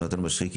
יונתן משריקי,